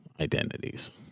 identities